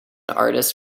artist